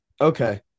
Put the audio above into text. okay